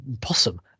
possum